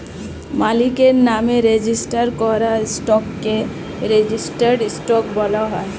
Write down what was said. মালিকের নামে রেজিস্টার করা স্টককে রেজিস্টার্ড স্টক বলা হয়